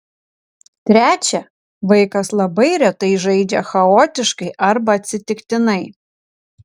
trečia vaikas labai retai žaidžia chaotiškai arba atsitiktinai